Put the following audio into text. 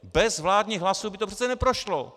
Bez vládních hlasů by to přece neprošlo.